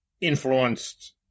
influenced